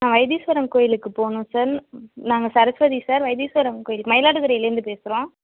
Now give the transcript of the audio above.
நான் வைத்தீஸ்வரன் கோயிலுக்கு போகணும் சார் நாங்கள் சரஸ்வதி சார் வைத்தீஸ்வரன் கோயிலுக்கு மயிலாடுதுறையில் இருந்து பேசுகிறோம்